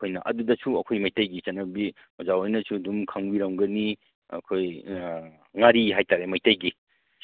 ꯑꯩꯈꯣꯏꯅ ꯑꯗꯨꯗꯁꯨ ꯑꯩꯈꯣꯏ ꯃꯩꯇꯩꯒꯤ ꯆꯠꯅꯕꯤ ꯑꯣꯖꯥ ꯍꯣꯏꯅꯁꯨ ꯑꯗꯨꯝ ꯈꯪꯕꯤꯔꯝꯒꯅꯤ ꯑꯩꯈꯣꯏ ꯉꯥꯔꯤ ꯍꯥꯏ ꯇꯥꯔꯦ ꯃꯩꯇꯩꯒꯤ